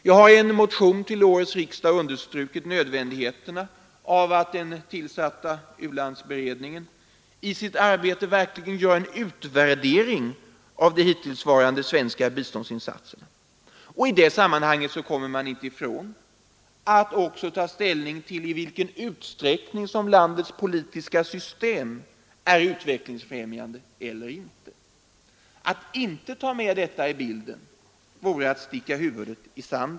Jag har i en motion till årets riksdag understrukit nödvändigheten av att den tillsatta u-landsberedningen i sitt arbete verkligen gör en utvärdering av de hittillsvarande svenska biståndsinsatserna. I det sammanhanget kommer man inte ifrån att också ta ställning till i vilken utsträckning mottagarlandets politiska system är utvecklingsfrämjande eller inte. Att inte ta med detta i bilden vore att sticka huvudet i sanden.